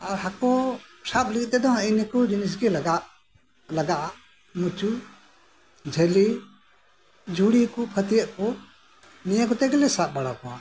ᱟᱨ ᱦᱟᱹᱠᱩ ᱥᱟᱵ ᱞᱟᱹᱜᱤᱛ ᱛᱮᱫᱚ ᱱᱤᱜ ᱱᱤᱠᱩ ᱡᱤᱱᱤᱥ ᱜᱮ ᱞᱟᱜᱟ ᱞᱟᱦᱟᱜᱼᱟ ᱢᱩᱪᱩ ᱡᱷᱟᱹᱞᱤ ᱡᱷᱩᱲᱤ ᱠᱚ ᱯᱷᱟᱹᱛᱭᱟᱜ ᱠᱚ ᱱᱤᱭᱟ ᱠᱚᱛᱮ ᱜᱮᱞᱮ ᱥᱟᱵ ᱵᱟᱲᱟ ᱠᱚᱣᱟ